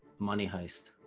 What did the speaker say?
money heist